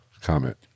comment